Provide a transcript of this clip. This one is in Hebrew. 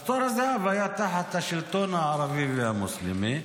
אז תור הזהב היה תחת השלטון הערבי והמוסלמי,